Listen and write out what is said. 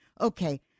Okay